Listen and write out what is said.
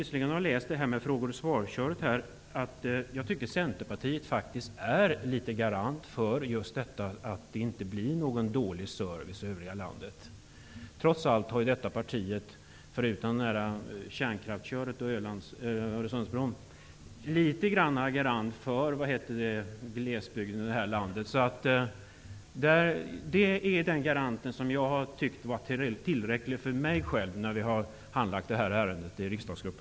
Jag tycker faktiskt att Centerpartiet är litet av en garant för att det inte skall bli någon dålig service ute i landet. Trots allt har detta parti -- bortsett från kärnkraftsfrågan och frågan om Öresundsbron -- varit litet grand av en garant för glesbygden i det här landet. Den garantin har varit tillräcklig för mig när vi handlagt ärendet i vår riksdagsgrupp.